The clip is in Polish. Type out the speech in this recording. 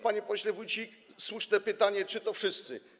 Panie pośle Wójcik, to słuszne pytanie, czy to wszyscy.